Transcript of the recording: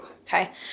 Okay